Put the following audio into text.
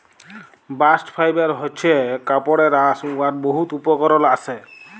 bast fibre হছে কাপড়ের আঁশ উয়ার বহুত উপকরল আসে